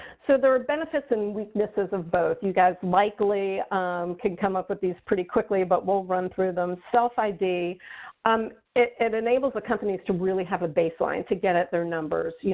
so there are benefits and weaknesses of both. you guys likely can come up with these pretty quickly, but we'll run through them. self id um it it enables the companies to really have a baseline to get at their numbers.